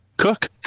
cook